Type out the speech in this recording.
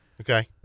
Okay